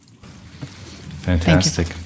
Fantastic